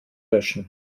löschen